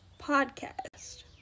podcast